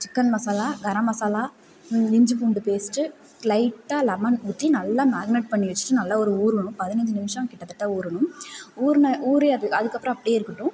chicken masala garam masala இஞ்சி பூண்டு paste லைட்டாக லெமென் ஊற்றி நல்லா மேக்னெட் பண்ணி வைச்சிட்டு நல்லா ஒரு ஊறணும் பதினஞ்சு நிமிஷம் கிட்ட தட்ட ஊறணும் ஊறின ஊறி அதுக்கு அப்புறம் அப்படியே இருக்கட்டும்